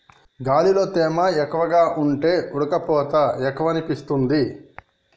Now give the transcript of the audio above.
గాలిలో తేమ ఎక్కువగా ఉంటే ఉడుకపోత ఎక్కువనిపిస్తుంది